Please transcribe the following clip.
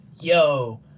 yo